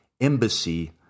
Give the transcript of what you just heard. Embassy